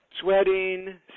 Sweating